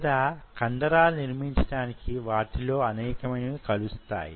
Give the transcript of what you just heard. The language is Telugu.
లేదా కండ రాలు నిర్మించ డానికి వాటిలో అనేకమైనవి కలుస్తాయి